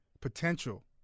potential